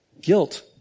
guilt